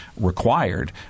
required